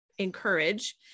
encourage